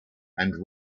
and